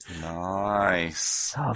Nice